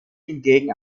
hingegen